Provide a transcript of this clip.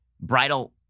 bridal